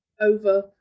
over